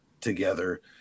together